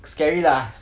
scary lah